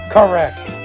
Correct